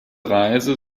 reise